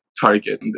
target